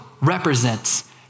represents